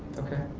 okay.